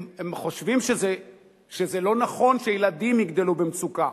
הם חושבים שזה לא נכון שילדים יגדלו במצוקה,